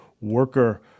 worker